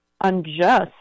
unjust